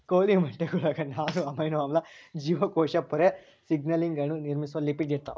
ಕೋಳಿ ಮೊಟ್ಟೆಗುಳಾಗ ನಾರು ಅಮೈನೋ ಆಮ್ಲ ಜೀವಕೋಶ ಪೊರೆ ಸಿಗ್ನಲಿಂಗ್ ಅಣು ನಿರ್ಮಿಸುವ ಲಿಪಿಡ್ ಇರ್ತಾವ